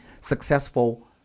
successful